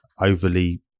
overly